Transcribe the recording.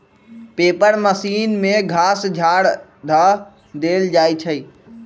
paper machine में घास झाड़ ध देल जाइ छइ